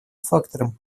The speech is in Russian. фактором